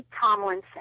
Tomlinson